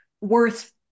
worth